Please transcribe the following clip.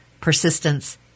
persistence